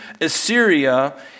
Assyria